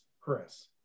Chris